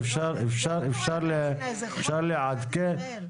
אפשר לעדכן.